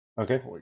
Okay